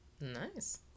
Nice